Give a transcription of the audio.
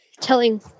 telling